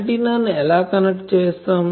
antenna ను ఎలా connect చేస్తాం